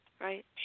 Right